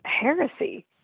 heresy